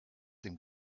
dem